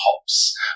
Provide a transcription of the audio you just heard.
hops